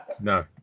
No